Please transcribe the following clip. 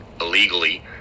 illegally